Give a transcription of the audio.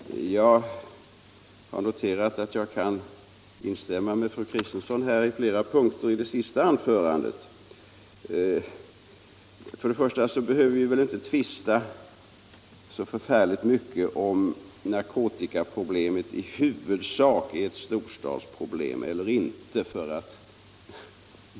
Herr talman! Jag har noterat att jag kan instämma med fru Kristensson på flera punkter i hennes senaste anförande. Först och främst behöver vi väl inte tvista om huruvida narkotikaproblemet i huvudsak är ett storstadsproblem eller inte.